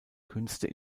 künste